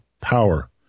power